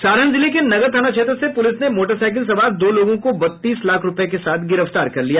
सारण जिले के नगर थाना क्षेत्र से पुलिस ने मोटरसाईकिल सवार दो लोगों को बत्तीस लाख रुपये के साथ गिरफ्तार कर लिया